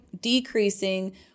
decreasing